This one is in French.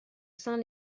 saint